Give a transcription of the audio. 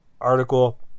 article